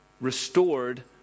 restored